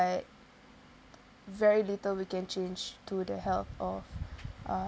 but very little we can change to the health of uh